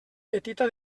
petita